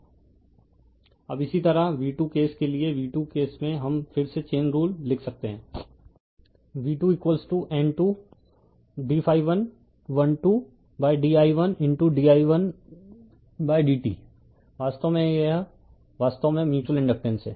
refer slide time 0249 अब इसी तरह v2 केस के लिए v2 केस में हम फिर से चैन रूल लिख सकते हैं v2N 2 d2 di1di1dt वास्तव में यह वास्तव में म्यूच्यूअल इंडकटेन्स है